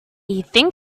think